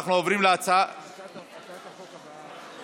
[הצעת חוק פ/254/23,